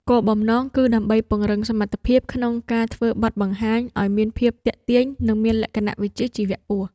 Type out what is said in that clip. គោលបំណងគឺដើម្បីពង្រឹងសមត្ថភាពក្នុងការធ្វើបទបង្ហាញ ឱ្យមានភាពទាក់ទាញ និងមានលក្ខណៈវិជ្ជាជីវៈខ្ពស់។